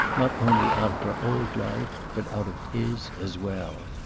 not only out of her old life, but out of his as well.